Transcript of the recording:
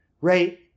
right